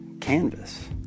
canvas